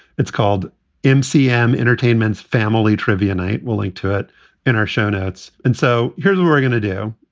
it's called ncm entertainment's family trivia night will link to it in our show notes. and so here's what we're going to do.